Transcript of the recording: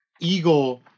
eagle